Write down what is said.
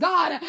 God